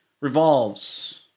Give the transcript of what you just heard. revolves